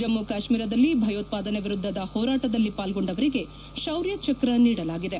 ಜಮ್ಮ ಕಾಶ್ಮೀರದಲ್ಲಿ ಭಯೋತ್ವಾದನೆ ವಿರುದ್ದದ ಹೋರಾಟದಲ್ಲಿ ಪಾಲ್ಗೊಂಡವರಿಗೆ ಶೌರ್ಯಚಕ್ರ ನೀಡಲಾಗಿದೆ